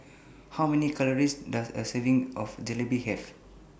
How Many Calories Does A Serving of Jalebi Have